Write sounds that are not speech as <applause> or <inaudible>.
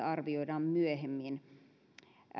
<unintelligible> arvioidaan myöhemmin